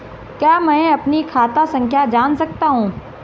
क्या मैं अपनी खाता संख्या जान सकता हूँ?